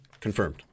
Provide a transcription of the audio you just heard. confirmed